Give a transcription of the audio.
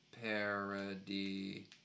parody